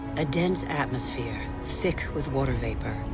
a dense atmosphere, thick with water vapor,